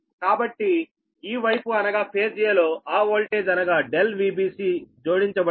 కాబట్టి ఈ వైపు అనగా ఫేజ్ 'a' లో ఆ వోల్టేజ్ అనగా ∆Vbc జోడించబడుతోంది